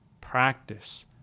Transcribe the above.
Practice